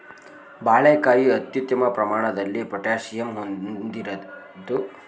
ಬಾಳೆಕಾಯಿ ಅತ್ಯುತ್ತಮ ಪ್ರಮಾಣದಲ್ಲಿ ಪೊಟ್ಯಾಷಿಯಂ ಹೊಂದಿರದ್ದು ಅತಿಸಾರ ಮತ್ತು ವಾಂತಿಯಿಂದ ತಕ್ಷಣದ ಉಪಶಮನ ನೀಡ್ತದೆ